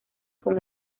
con